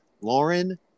Lauren